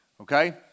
okay